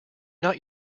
not